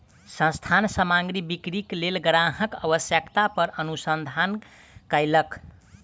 संस्थान सामग्री बिक्रीक लेल ग्राहकक आवश्यकता पर अनुसंधान कयलक